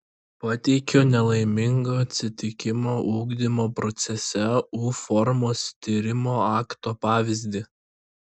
pateikiu nelaimingo atsitikimo ugdymo procese u formos tyrimo akto pavyzdį